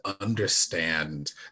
understand